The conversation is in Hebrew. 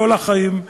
כל החיים.